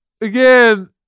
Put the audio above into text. Again